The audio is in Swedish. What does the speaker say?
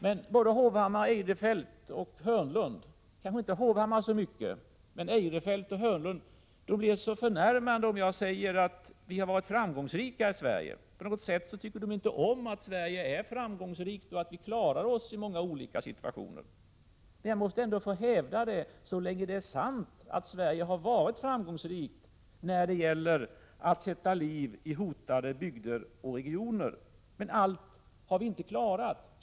Men Erik Hovhammar, Christer Eirefelt och Börje Hörnlund, kanske inte i så hög grad Erik Hovhammar, blir så förnärmade om jag säger att Sverige har varit framgångsrikt. På något sätt tycker de inte om att Sverige är framgångsrikt och klarar sig i många olika situationer. Men jag måste ändå få hävda det så länge det är sant att Sverige här varit framgångsrikt när det gäller att sätta liv i hotade bygder och regioner. Men allt har vi inte klarat.